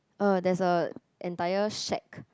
uh there's a entire shack